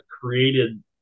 created